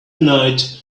night